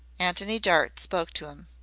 antony dart spoke to him.